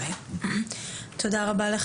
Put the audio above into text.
תודה רבה.